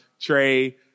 Trey